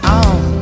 on